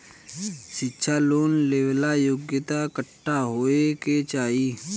शिक्षा लोन लेवेला योग्यता कट्ठा होए के चाहीं?